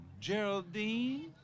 Geraldine